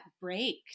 break